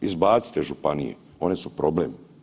Izbacite županije, one su problem.